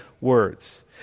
words